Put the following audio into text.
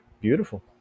beautiful